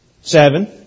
Seven